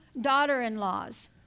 daughter-in-laws